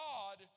God